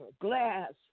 glass